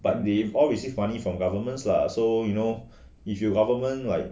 but they all receive money from government lah so you know if you government like